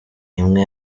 imwe